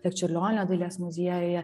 ir čiurlionio dailės muziejuje